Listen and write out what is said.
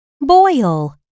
boil